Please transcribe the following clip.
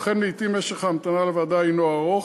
אכן לעתים משך ההמתנה לוועדה הנו ארוך,